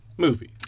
movie